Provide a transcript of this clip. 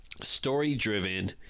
story-driven